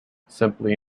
simply